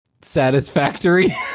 Satisfactory